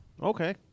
Okay